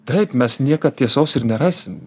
taip mes niekad tiesos ir nerasim